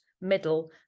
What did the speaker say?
middle